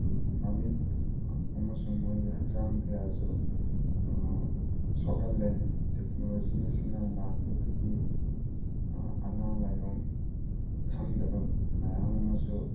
ꯃꯃꯤꯠ ꯑꯃꯁꯨꯡ ꯃꯣꯏꯒꯤ ꯍꯛꯆꯥꯡ ꯀꯌꯥꯠꯁꯨ ꯁꯣꯛꯍꯜꯂꯦ ꯇꯦꯛꯅꯣꯂꯣꯖꯤ ꯑꯁꯤꯅ ꯂꯥꯛꯄꯗꯒꯤ ꯑꯅꯥ ꯂꯥꯏꯌꯣꯡ ꯈꯪꯗꯕ ꯃꯌꯥꯝ ꯑꯃꯁꯨ